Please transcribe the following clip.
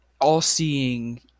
all-seeing